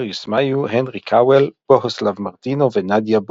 ומארק "ברט" בכרך,